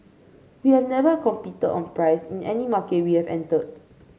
we have never competed on price in any market we have entered